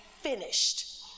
finished